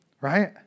Right